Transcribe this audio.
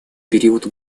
период